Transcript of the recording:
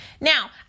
Now